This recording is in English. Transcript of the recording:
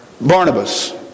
Barnabas